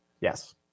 Yes